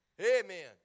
Amen